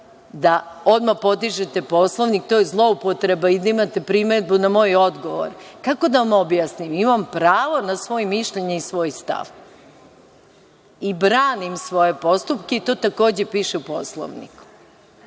da odmah podižete Poslovnik, to je zloupotreba i da imate primedbu na moj odgovor. Kako da vam objasnim? Imam pravo na svoje mišljenje i svoj stav. I branim svoje postupke, a to takođe piše u Poslovniku.